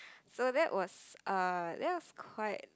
so that was (err)that was quite